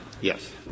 Yes